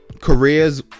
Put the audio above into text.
careers